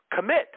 commit